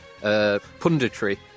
punditry